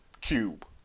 Cube